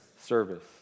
Service